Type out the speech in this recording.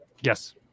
yes